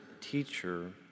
teacher